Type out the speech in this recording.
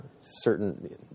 certain